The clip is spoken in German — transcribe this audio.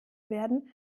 werden